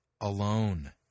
alone